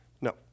no